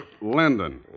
Linden